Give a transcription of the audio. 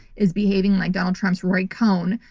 is behaving like donald trump's roy cohn.